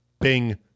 bing